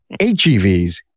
HEVs